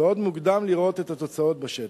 ועוד מוקדם לראות את התוצאות בשטח.